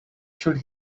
should